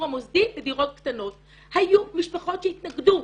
המוסדי לדירות קטנות היו משפחות שהתנגדו.